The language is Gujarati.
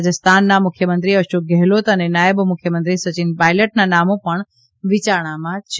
રાજસ્થાનના મુખ્યમંત્રી અશોક ગેહલોત અને નાયબ મુખ્યમંત્રી સચીન પાયલટના નામો પણ વિચારણામાં છે